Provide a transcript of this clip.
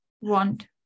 want